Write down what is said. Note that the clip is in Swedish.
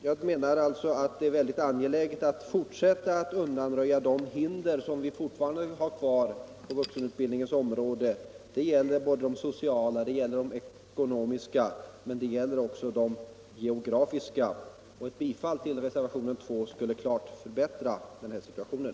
Jag menar alltså att det är angeläget att fortsätta med att undanröja de hinder som finns kvar på vuxenutbildningens område. Det gäller både de sociala och ekonomiska men också de geografiska hindren. Ett bifall till reservationen 2 skulle klart förbättra situationen.